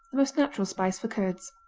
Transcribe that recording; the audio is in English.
the most natural spice for curds.